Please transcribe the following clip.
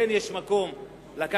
ספק.